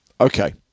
okay